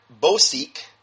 Bosik